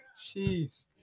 Jeez